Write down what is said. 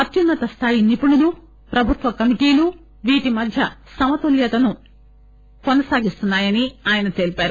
అత్యున్న త స్థాయి నిపుణులు ప్రభుత్వ కమిటీలు వీటి మధ్య సమతుల్వతను కొనసాగిస్తున్నాయని చెప్పారు